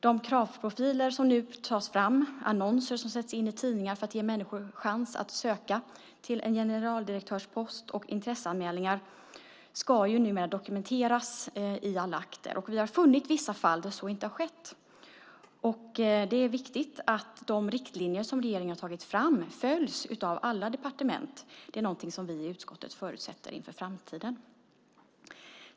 De kravprofiler som nu tas fram, annonser som sätts in i tidningar för att ge människor chans att söka till en generaldirektörspost och intresseanmälningar ska numera dokumenteras i alla akter. Vi har funnit vissa fall där så inte har skett. Det är viktigt att de riktlinjer som regeringen har tagit fram följs av alla departement. Det är någonting som vi i utskottet förutsätter inför framtiden.